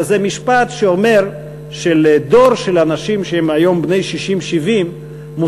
אלא זה משפט שאומר שלדור של אנשים שהיום הם בני 60 70 מושגים